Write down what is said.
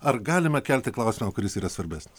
ar galima kelti klausimą kuris yra svarbesnis